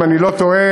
אם אני לא טועה,